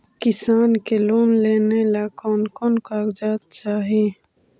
किसान के लोन लेने ला कोन कोन कागजात चाही?